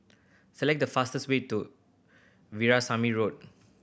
select the fastest way to Veerasamy Road